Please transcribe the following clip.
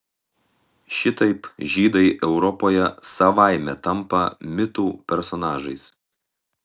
šitaip žydai europoje savaime tampa mitų personažais